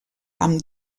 amb